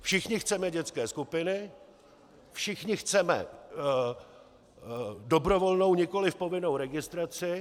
Všichni chceme dětské skupiny, všichni chceme dobrovolnou, nikoliv povinnou registraci.